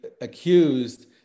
accused